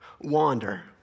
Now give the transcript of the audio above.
wander